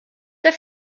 der